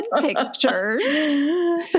pictures